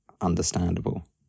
understandable